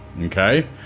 okay